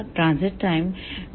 transit time 𝞃tg t0 होगा